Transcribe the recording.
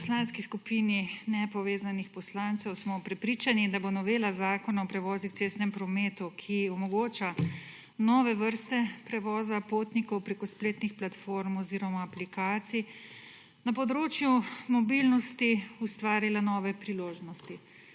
V Poslanski skupini Nepovezanih poslancev smo prepričani, da bo Novela zakona o prevozih v cestnem prometu, ki omogoča nove vrste prevoza potnikov preko spletnih platform oziroma aplikacij na področju mobilnosti ustvarila nove priložnosti,